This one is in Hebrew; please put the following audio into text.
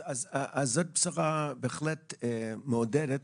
אז זאת בשורה בהחלט מעודדת,